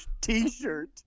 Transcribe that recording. t-shirt